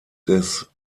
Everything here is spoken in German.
des